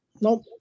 nope